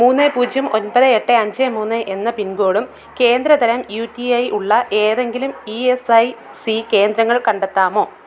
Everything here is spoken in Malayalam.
മൂന്ന് പൂജ്യം ഒൻപത് എട്ട് അഞ്ച് മൂന്ന് എന്ന പിൻകോഡും കേന്ദ്ര തരം യു ടി ഐ ഉള്ള ഏതെങ്കിലും ഇ എസ് ഐ സി കേന്ദ്രങ്ങൾ കണ്ടെത്താമോ